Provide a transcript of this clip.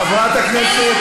אין לי מושג, חברת הכנסת